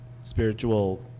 spiritual